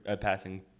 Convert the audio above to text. passing